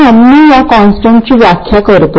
प्रथम मी या कॉन्स्टंटची व्याख्या करतो